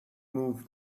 move